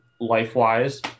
life-wise